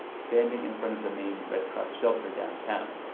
standing in front of the main red cross shelter downtown.